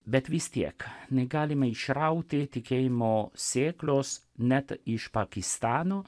bet vis tiek negalima išrauti tikėjimo sėklos net iš pakistano